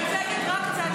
מייצגת רק צד אחד.